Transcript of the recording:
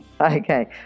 Okay